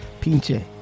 pinche